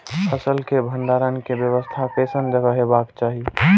फसल के भंडारण के व्यवस्था केसन जगह हेबाक चाही?